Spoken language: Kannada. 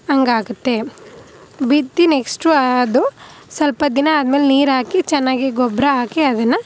ಹಂಗಾಗುತ್ತೆ ಬಿತ್ತಿ ನೆಕ್ಸ್ಟು ಅದು ಸ್ವಲ್ಪ ದಿನ ಆದ್ಮೇಲೆ ನೀರಾಕಿ ಚೆನ್ನಾಗಿ ಗೊಬ್ಬರ ಹಾಕಿ ಅದನ್ನು